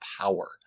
power